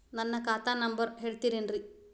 ನನ್ನ ಖಾತಾ ನಂಬರ್ ಹೇಳ್ತಿರೇನ್ರಿ?